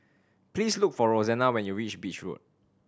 please look for Rosanna when you reach Beach Road